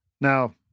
Now